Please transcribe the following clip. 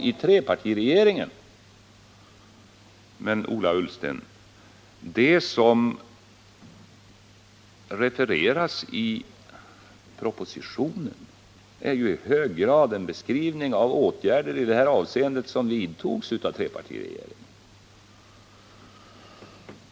Men, Ola Ullsten, det som refereras i propositionen är ju i hög grad en beskrivning av åtgärder i det avseendet som vidtogs av trepartiregeringen.